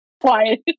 quiet